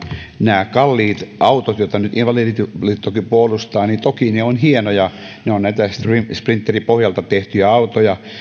nämä kalliit autot joita nyt invalidiliittokin puolustaa toki ovat hienoja ne ovat näitä sprinterin sprinterin pohjalta tehtyjä autoja